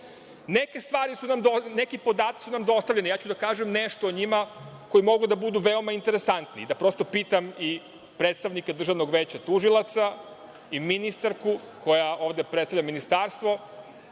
veća tužilaca. Neki podaci su nam dostavljeni, ja ću da kažem nešto o njima, koji mogu da budu veoma interesantni i da pitam predstavnika Državnog veća tužilaca i ministarku koja ovde predstavlja Ministarstvo